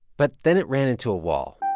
but then it ran into a wall